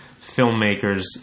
filmmakers